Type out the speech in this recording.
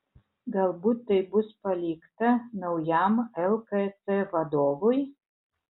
galbūt tai bus palikta naujam lkc vadovui